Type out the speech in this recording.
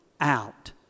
out